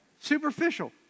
Superficial